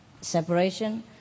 separation